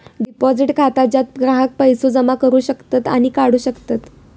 deposit खाता ज्यात ग्राहक पैसो जमा करू शकतत आणि काढू शकतत